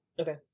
Okay